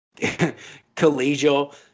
collegial